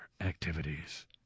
activities